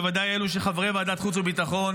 ובוודאי לאלה שהם חברי ועדת החוץ והביטחון,